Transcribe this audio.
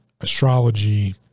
astrology